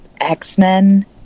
X-Men